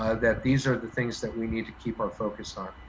ah that these are the things that we need to keep our focus on.